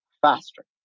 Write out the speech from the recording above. faster